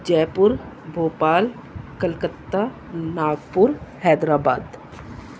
جے پور بھوپال کلکتہ ناگپور حیدرآباد